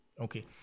okay